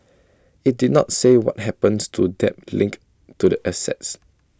IT did not say what happens to debt linked to the assets